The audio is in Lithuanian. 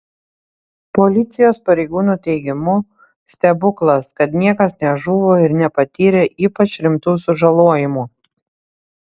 policijos pareigūnų teigimu stebuklas kad niekas nežuvo ir nepatyrė ypač rimtų sužalojimų